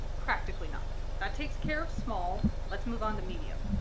practically nothing. that takes care of small, let's move on to medium.